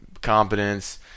competence